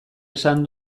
esan